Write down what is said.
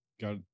got